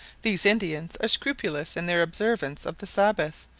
these indians are scrupulous in their observance of the sabbath,